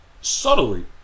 subtly